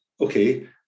okay